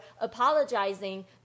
apologizing